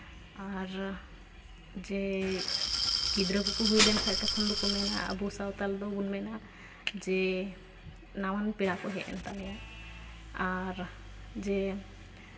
ᱟᱨ ᱡᱮ ᱜᱤᱫᱽᱨᱟᱹ ᱠᱚᱠᱚ ᱦᱩᱭ ᱞᱮᱱᱠᱷᱟᱱ ᱛᱚᱠᱷᱚᱱ ᱫᱚᱠᱚ ᱢᱮᱱᱟ ᱟᱵᱚ ᱥᱟᱱᱛᱟᱞ ᱫᱚᱠᱚ ᱢᱮᱱᱟ ᱡᱮ ᱱᱟᱣᱟᱱ ᱯᱮᱲᱟ ᱠᱚ ᱦᱮᱡ ᱮᱱ ᱛᱟᱞᱮᱭᱟ ᱟᱨ ᱡᱮ